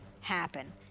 happen